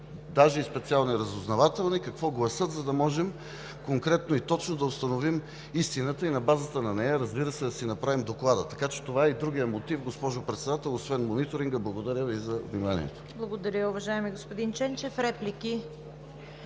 даже и специални разузнавателни какво гласят, за да можем конкретно и точно да установим истината и на базата на нея, разбира се, да си направим Доклада. Така че това е и другият мотив, госпожо Председател, освен мониторинга. Благодаря Ви за вниманието. ПРЕДСЕДАТЕЛ ЦВЕТА КАРАЯНЧЕВА: Благодаря, уважаеми господин Ченчев. Реплики?